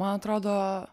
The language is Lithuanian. man atrodo